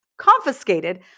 confiscated